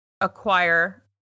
acquire